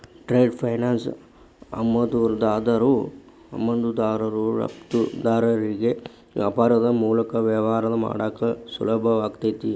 trade finance ಆಮದುದಾರರು ರಫ್ತುದಾರರಿಗಿ ವ್ಯಾಪಾರದ್ ಮೂಲಕ ವ್ಯವಹಾರ ಮಾಡಾಕ ಸುಲಭಾಕೈತಿ